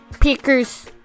Pickers